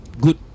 Good